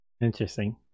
Interesting